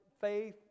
faith